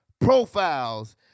profiles